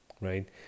right